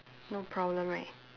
no problem right